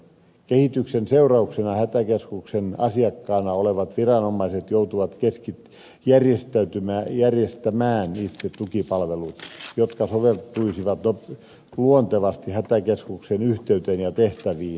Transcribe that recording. kehityksen seurauksena hätäkeskuksen asiakkaina olevat viranomaiset joutuvat järjestämään itse tukipalvelut jotka soveltuisivat luontevasti hätäkeskuksen yhteyteen ja tehtäviin